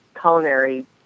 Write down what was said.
culinary